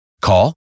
Call